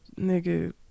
nigga